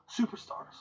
superstars